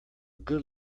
good